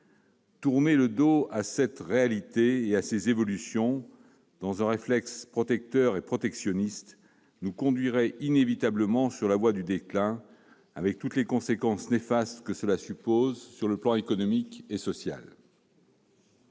Tourner le dos à cette réalité et à ces évolutions dans un réflexe protecteur et protectionniste nous conduirait inévitablement sur la voie du déclin, avec toutes les conséquences néfastes que cela suppose sur le plan économique et social.